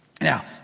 Now